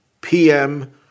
PM